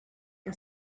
que